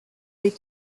des